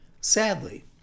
Sadly